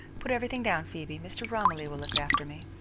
put everything down, phoebe. mr. romilly will look after me.